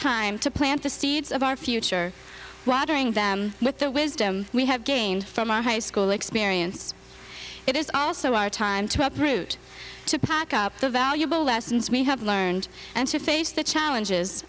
time to plant the seeds of our future watering them with their wisdom we have gained from our high school experience it is also our time to uproot to pack up the valuable lessons we have learned and to face the challenges